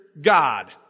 God